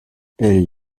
elle